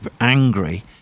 angry